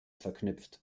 verknüpft